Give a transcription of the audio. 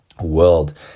world